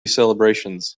celebrations